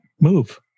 move